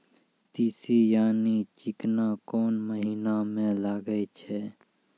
तीसी यानि चिकना कोन महिना म लगाय छै?